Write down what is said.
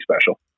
special